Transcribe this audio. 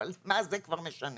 אבל מה זה כבר משנה?